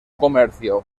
comercio